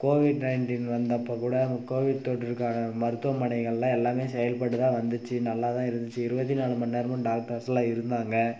Covid nineteen வந்தப்போ கூட Covid தொற்றுக்கான மருத்துவமனைகள்ல்லாம் எல்லாமே செயல்பட்டு தான் வந்துச்சு நல்லா தான் இருந்துச்சு இருபத்தி நாலு மணிநேரமும் டாக்டர்ஸ்ல்லாம் இருந்தாங்க